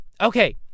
Okay